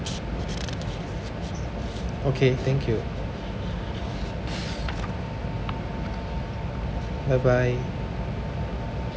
okay thank you bye bye